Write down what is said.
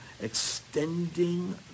extending